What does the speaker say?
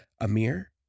Amir